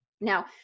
Now